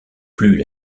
plus